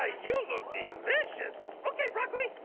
ah you look delicious. okay, broccoli,